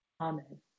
Amen